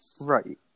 Right